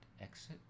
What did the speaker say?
exit